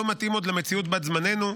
לא מתאים עוד למציאות בת-זמננו,